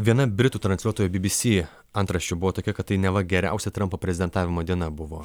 viena britų transliuotojo bbc antraščių buvo tokia kad tai neva geriausia trampo prezidentavimo diena buvo